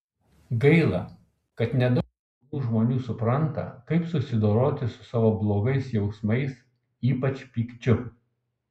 gaila kad nedaug jaunų žmonių supranta kaip susidoroti su savo blogais jausmais ypač pykčiu